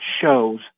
shows